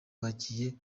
bagiye